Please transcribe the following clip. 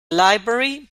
library